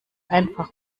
einfach